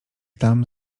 tam